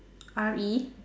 R E